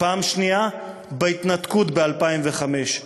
פעם שנייה בהתנתקות ב-2005,